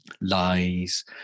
lies